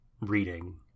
reading